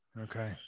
okay